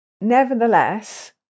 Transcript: Nevertheless